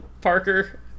parker